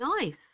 nice